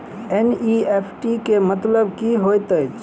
NEFT केँ मतलब की होइत अछि?